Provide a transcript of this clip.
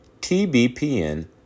TBPN